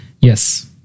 Yes